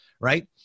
right